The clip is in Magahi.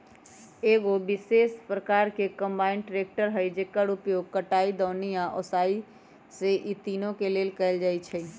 एगो विशेष प्रकार के कंबाइन ट्रेकटर हइ जेकर उपयोग कटाई, दौनी आ ओसाबे इ तिनों के लेल कएल जाइ छइ